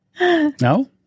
No